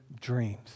dreams